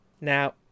Now